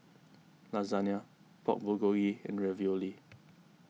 Lasagna Pork Bulgogi and Ravioli